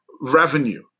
revenue